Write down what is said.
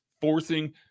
forcing